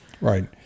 right